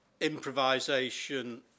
improvisation